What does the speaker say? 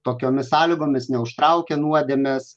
tokiomis sąlygomis neužtraukia nuodėmės